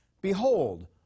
Behold